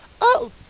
Oh